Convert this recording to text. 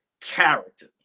character